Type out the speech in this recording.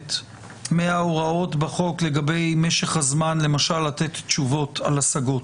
גורפת מההוראות בחוק לגבי משך הזמן למשל לתת תשובות על השגות.